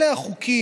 אלה החוקים